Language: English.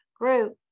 group